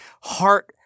heart